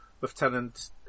Lieutenant